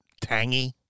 tangy